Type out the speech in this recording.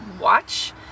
watch